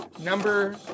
number